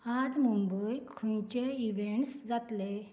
आज मुंबय खंयचे इवँट्स जातले